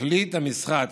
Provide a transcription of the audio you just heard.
החליט המשרד,